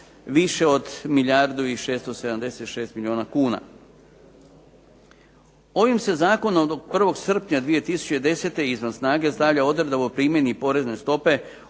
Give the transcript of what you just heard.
više od milijardu i 676 milijuna kuna. Ovim se zakonom do 1. srpnja 2010. izvan snage odredba o primjeni porezne stope